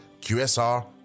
QSR